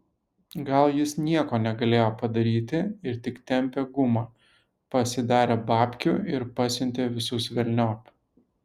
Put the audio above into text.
gal jis nieko negalėjo padaryti ir tik tempė gumą pasidarė babkių ir pasiuntė visus velniop